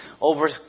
over